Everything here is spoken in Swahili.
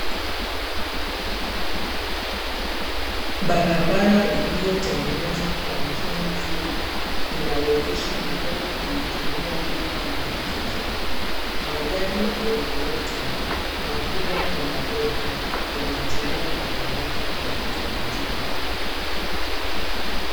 Barabara iliyotengenezwa kwa njia nzuri inawezesha magari kuitumia bila matatizo, magari aina yote makubwa kwa madogo yanatumia barabara kwa utaratibu.